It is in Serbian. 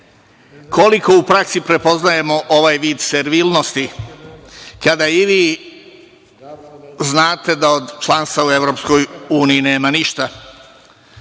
koliko u praksi prepoznajemo ovaj vid servilnosti kada i vi znate da od članstva u EU nema ništa.